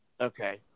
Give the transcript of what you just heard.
Okay